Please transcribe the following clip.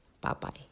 Bye-bye